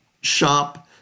shop